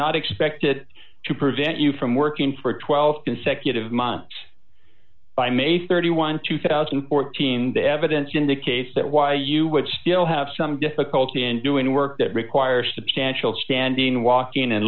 not expected to prevent you from working for twelve consecutive months by may thirty one two thousand and fourteen the evidence indicates that why you would still have some difficulty in doing work that require substantial standing walking and